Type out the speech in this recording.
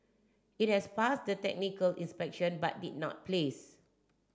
it had passed the technical inspection but did not place